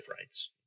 rights